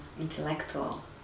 intellectual